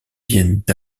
viennent